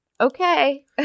okay